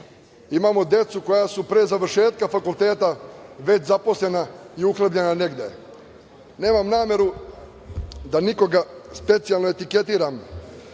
Imamo decu koja su pre završetka fakulteta već zaposlena i uhlebljena negde. Nemam nameru da nikoga specijalno etiketiram,